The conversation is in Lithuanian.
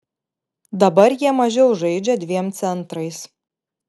dabar jie mažiau žaidžia dviem centrais